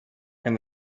and